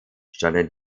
standen